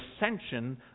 ascension